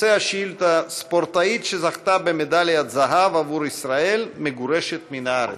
נושא השאילתה: ספורטאית שזכתה במדליית זהב עבור ישראל מגורשת מן הארץ.